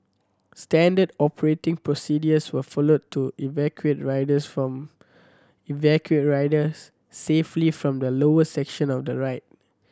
standard operating procedures were followed to evacuate riders from evacuate riders safely from the lower section of the ride